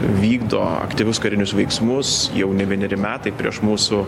vykdo aktyvius karinius veiksmus jau ne vieneri metai prieš mūsų